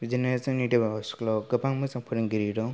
बिदिनो जोंनि देबरगाव स्कुल आव गोबां मोजां फोरोंगिरि दं